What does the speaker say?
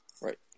Right